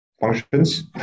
functions